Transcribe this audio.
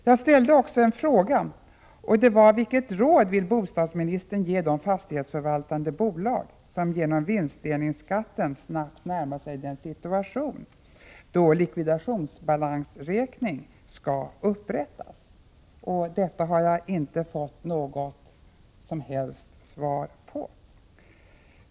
Jag ställde också en fråga: Vilket råd vill bostadsministern ge de fastighetsförvaltande bolag som genom vinstdelningsskatten snabbt närmar sig den situation då likvidationsbalansräkning skall upprättas? Detta har jag inte fått något som helst svar på.